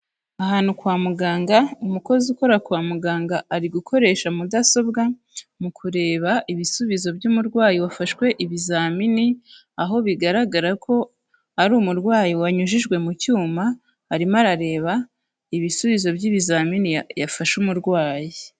Ahantu kwa muganga, umukozi ukora kwa muganga ari gukoresha Mudasobwa, mu kureba ibisubizo by'umurwayi wafashwe ibizamini, aho bigaragara ko ari umurwayi wanyujijwe mu cyuma, arimo arareba ibisubizo by'ibizamini yafashe umurwayi.